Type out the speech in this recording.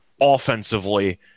offensively